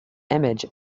image